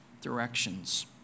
directions